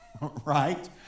Right